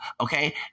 okay